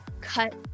cut